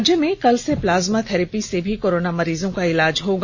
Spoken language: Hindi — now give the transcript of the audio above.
राज्य में कल से प्लाज्मा थेरेपी से भी कोरोना मरीजों का इलाज होगा